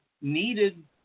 needed